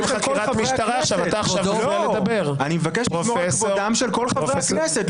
אורנה ברביבאי, אני קורא אותך פעם שלישית.